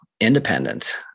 independent